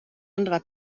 anderer